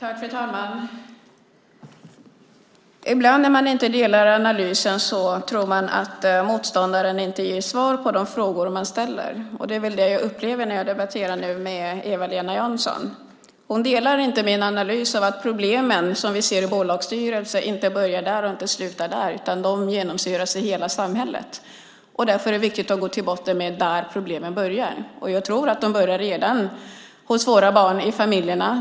Fru talman! Ibland när man inte delar analysen tror man att motståndaren inte ger svar på de frågor man ställer. Det är det jag upplever när jag nu debatterar med Eva-Lena Jansson. Hon delar inte min analys att de problem som vi ser i bolagsstyrelser inte börjar och inte slutar där utan genomsyrar hela samhället och att det därför är viktigt att gå till botten med var problemen börjar. Jag tror att problemen börjar redan hos våra barn i familjerna.